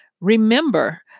remember